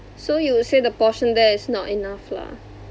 so you would say the portion there is not enough lah